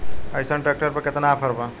अइसन ट्रैक्टर पर केतना ऑफर बा?